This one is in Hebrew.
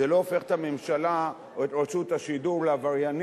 זה לא הופך את הממשלה או את רשות השידור לעבריינית,